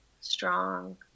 strong